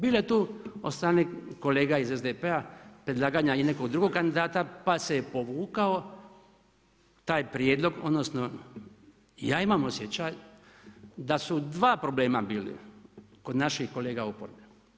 Bilo je tu od strane kolega od SDP-a predlaganje i nekog drugog kandidata, pa se je povukao, taj prijedlog, odnosno, ja imam osjećaj da su 2 problema bili kod naših kolega oporbe.